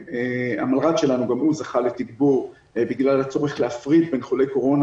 והמלר"ד שלנו גם הוא זכה לתגבור בגלל הצורך להפריד בין חולי קורונה,